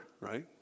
right